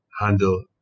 handle